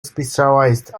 specialised